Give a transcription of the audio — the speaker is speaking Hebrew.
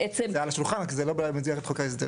זה על השולחן כי זה לא במסגרת חוק ההסדרים.